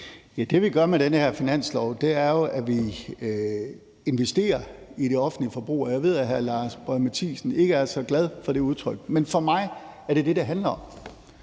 Det, vi gør med den her finanslov, er jo, at vi investerer i det offentlige forbrug. Jeg ved, at hr. Lars Boje Mathiesen ikke er så glad for det udtryk, men for mig er det det, det handler om.